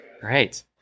Great